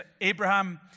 Abraham